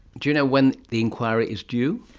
do you know when the enquiry is due?